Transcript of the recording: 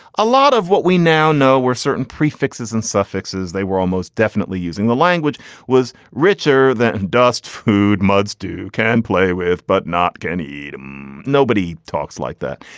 a lot of what we now know were certain prefixes and suffixes. they were almost definitely using. the language was richer the dust food mud's do can play with but not can eat um nobody talks like that.